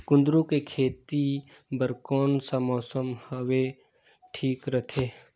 कुंदूरु के खेती बर कौन सा मौसम हवे ठीक रथे?